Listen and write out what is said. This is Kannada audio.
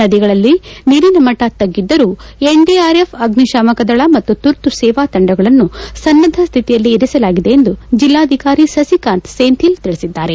ನದಿಗಳಲ್ಲಿ ನೀರಿನ ಮಟ್ಟ ತಗ್ಗಿದ್ದರೂ ಎನ್ ಡಿ ಆರ್ ಎಫ್ ಅಗ್ನಿಶಾಮಕ ದಳ ಮತ್ತು ತುರ್ತು ಸೇವಾ ತಂಡಗಳನ್ನು ಸನ್ನದ್ಧ ಶ್ಶಿತಿಯಲ್ಲಿ ಇರಿಸಲಾಗಿದೆ ಎಂದು ಜಿಲ್ಲಾಧಿಕಾರಿ ಸಸಿಕಾಂತ್ ಸೆಂಥಿಲ್ ತಿಳಿಸಿದ್ದಾರೆ